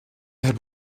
heb